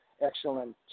excellent